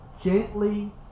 Gently